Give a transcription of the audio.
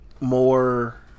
more